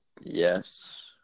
Yes